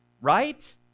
Right